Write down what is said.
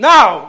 Now